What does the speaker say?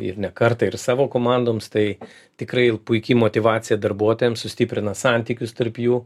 ir ne kartą ir savo komandoms tai tikrai puiki motyvacija darbuotojams sustiprina santykius tarp jų